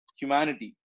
humanity